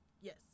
yes